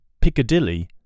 Piccadilly